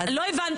לא הבנת.